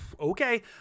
okay